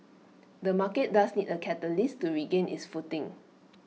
the market does need A catalyst to regain its footing